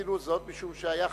עשינו זאת משום שהיה חריג,